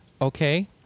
Okay